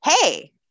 hey